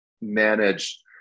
manage